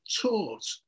taught